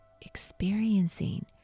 experiencing